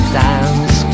dance